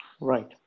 Right